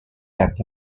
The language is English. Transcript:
and